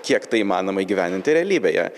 kiek tai įmanoma įgyvendinti realybėje